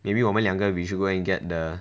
maybe 我们两个 we should go and get the